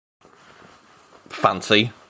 fancy